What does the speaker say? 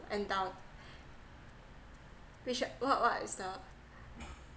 endow~ which what what is the